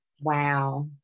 Wow